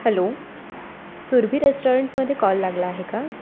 hello Surabhi रेस्टॉरंटमधे call लागला आहे का